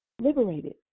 Liberated